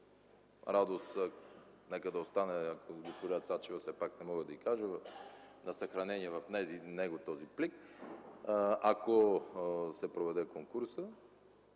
радост – нека да остане, (на госпожа Цачева, все пак не мога да й кажа), на съхранение в него този плик, ако се проведе конкурса,